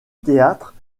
théâtre